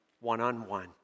one-on-one